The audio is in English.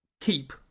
keep